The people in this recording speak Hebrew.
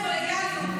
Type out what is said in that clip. איזה קולגיאליות.